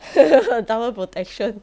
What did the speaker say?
double protection